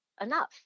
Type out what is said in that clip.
enough